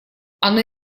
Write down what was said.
оно